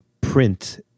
print